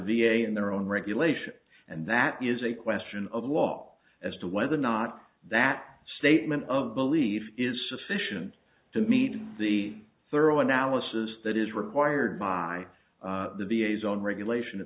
a in their own regulations and that is a question of law as to whether or not that statement of belief is sufficient to meet the thorough analysis that is required by the a zone regulation